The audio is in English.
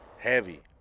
Heavy